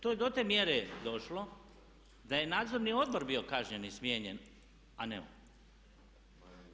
To je do te mjere došlo da je Nadzorni odbor bio kažnjen i smijenjen, a ne on.